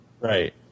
Right